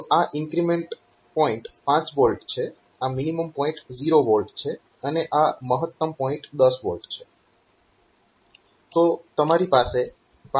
તો આ increment point 5 V છે આ મિનીમમ પોઈન્ટ 0 V છે અને આ મહત્તમ પોઈન્ટ 10 V છે